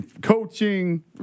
coaching